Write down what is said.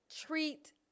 treat